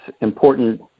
important